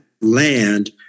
land